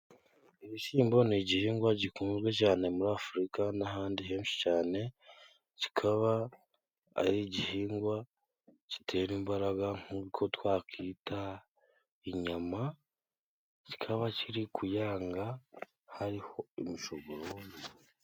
Ibishyimbo ni igihingwa gikunzwe cane muri Afurika n'ahandi henshi cane, kikaba ari igihingwa gitera imbaraga nk'uko twakwita inyama, kikaba kiri kuyanga hariho umushogoro.